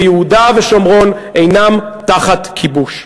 ויהודה ושומרון אינם תחת כיבוש.